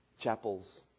chapels